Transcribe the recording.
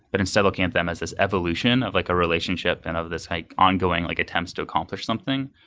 but instead looking at them as this evolution of like a relationship and of this like ongoing like attempts to accomplish something.